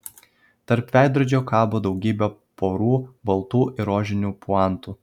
tarp veidrodžių kabo daugybė porų baltų ir rožinių puantų